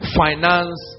finance